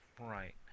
Right